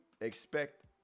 expect